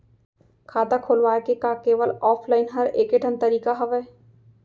खाता खोलवाय के का केवल ऑफलाइन हर ऐकेठन तरीका हवय?